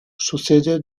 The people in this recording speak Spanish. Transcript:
sucede